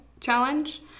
challenge